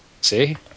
See